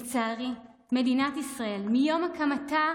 לצערי, מדינת ישראל, מיום הקמתה